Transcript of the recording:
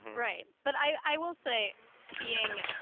right. but i will say being,